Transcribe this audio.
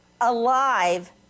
alive